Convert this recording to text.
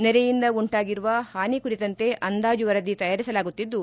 ನೆರೆಯಿಂದ ಉಂಟಾಗಿರುವ ಹಾನಿ ಕುರಿತಂತೆ ಅಂದಾಜು ವರದಿ ತಯಾರಿಸಲಾಗುತ್ತಿದ್ದು